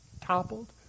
toppled